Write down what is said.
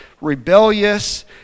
rebellious